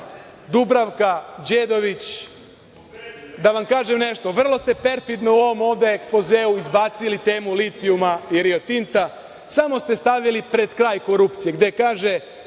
Dubravka Đedović. Da vam kažem nešto, vrlo ste perfidno u ovom ovde ekspozeu izbacili temu litijuma i Rio Tinta. Samo ste stavili pred kraj korupcije, a gde kaže